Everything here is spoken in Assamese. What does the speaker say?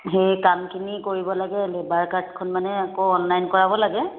সেই কামখিনি কৰিব লাগে লেবাৰ কাৰ্ডখন মানে আকৌ অনলাইন কৰাব লাগে